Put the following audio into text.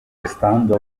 restando